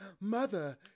mother